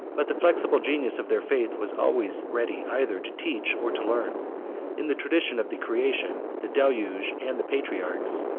but the flexible genius of their faith was always ready either to teach or to learn in the tradition of the creation, the deluge, and the patriarchs,